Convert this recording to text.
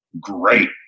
Great